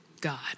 God